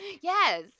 Yes